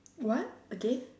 what again